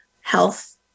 health